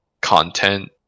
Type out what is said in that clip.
content